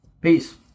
Peace